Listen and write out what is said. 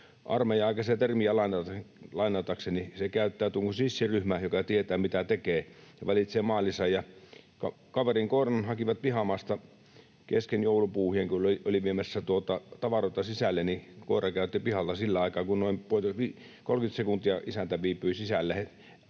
armeija-aikaista termiä lainatakseni — käyttäytyy kuin sissiryhmä, joka tietää, mitä tekee, ja valitsee maalinsa. Ja kaverin koiran hakivat pihamaasta kesken joulupuuhien. Kun oli viemässä tavaroita sisälle, niin koira kävi pihalla sillä aikaa, noin 30 sekuntia isäntä viipyi sisällä,